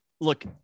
look